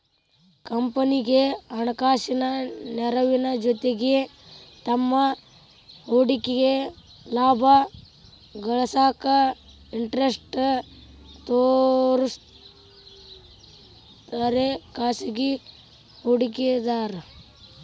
ಕಂಪನಿಗಿ ಹಣಕಾಸಿನ ನೆರವಿನ ಜೊತಿಗಿ ತಮ್ಮ್ ಹೂಡಿಕೆಗ ಲಾಭ ಗಳಿಸಾಕ ಇಂಟರೆಸ್ಟ್ ತೋರ್ಸೋರೆ ಖಾಸಗಿ ಹೂಡಿಕೆದಾರು